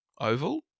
Oval